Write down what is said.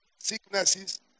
sicknesses